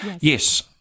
Yes